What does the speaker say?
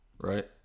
Right